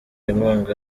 inkunga